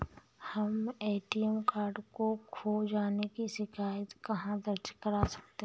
हम ATM card खो जाने की शिकायत कहाँ दर्ज कर सकते हैं?